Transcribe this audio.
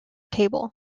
table